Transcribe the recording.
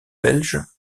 belge